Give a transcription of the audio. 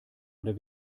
oder